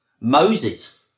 Moses